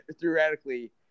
theoretically